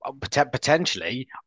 Potentially